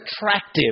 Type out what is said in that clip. attractive